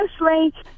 mostly